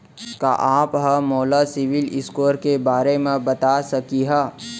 का आप हा मोला सिविल स्कोर के बारे मा बता सकिहा?